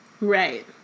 right